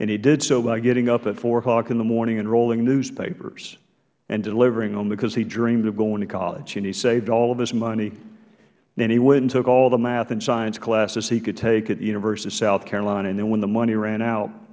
and he did so by getting up at in the morning and rolling newspapers and delivering them because he dreamed of going to college and he saved all of his money and he went and took all the math and science classes he could take at the university of south carolina and then when the money ran out